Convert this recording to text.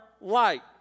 light